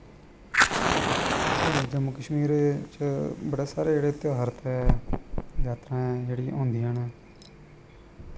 साढ़े जम्मू कश्मीर च बड़े सारे जेह्ड़े ध्यार जात्तरां जेह्ड़ियां होंदियां न